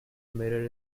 mirror